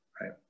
right